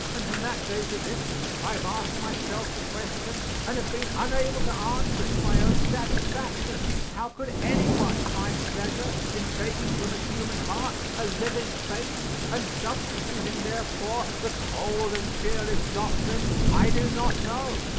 and from that day to this i have asked myself the question and have been unable to answer it to my own satisfaction, how could anyone find pleasure in taking from a human heart a living faith and substituting therefor the cold and cheerless doctrine, i do not know.